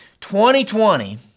2020